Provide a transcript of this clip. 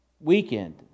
weekend